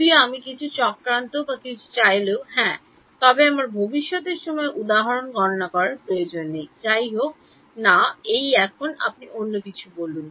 যদিও আমি কিছু চক্রান্ত বা কিছু চাইলেও হ্যাঁ তবে আমার ভবিষ্যতের সময় উদাহরণ গণনা করার প্রয়োজন নেই যাইহোক না এখন আপনি অন্য কিছু বলুন